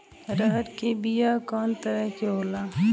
अरहर के बिया कौ तरह के होला?